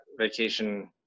vacation